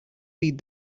feed